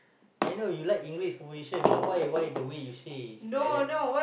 I know you like English conversation but why why the way you say is like that